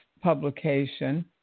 publication